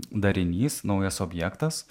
darinys naujas objektas